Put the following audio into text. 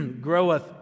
groweth